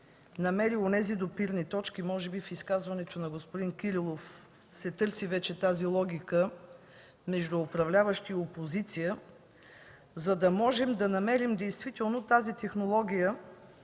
открие онези допирни точки – може би в изказването на господин Кирилов се търси вече тази логика, между управляващи и опозиция, за да можем да намерим тази технология,